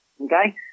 okay